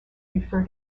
refer